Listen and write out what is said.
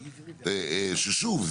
ושוב,